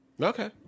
Okay